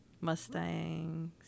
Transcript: Mustangs